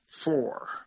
four